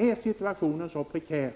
Är situationen så prekär,